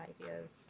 ideas